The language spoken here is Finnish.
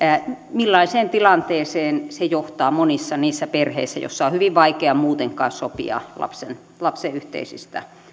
millaiseen tilanteeseen se johtaa monissa niissä perheissä joissa on hyvin vaikea muutenkaan sopia lapsen lapsen yhteisistä